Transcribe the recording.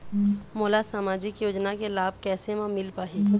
मोला सामाजिक योजना के लाभ कैसे म मिल पाही?